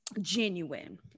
Genuine